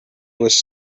was